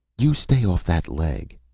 you stay off that leg,